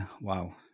Wow